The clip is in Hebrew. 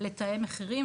לתאם מחירים,